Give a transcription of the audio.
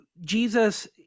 Jesus